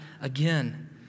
again